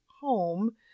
home